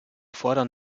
fordern